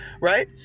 Right